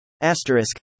Asterisk